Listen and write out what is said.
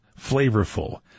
flavorful